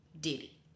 Diddy